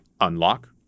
unlock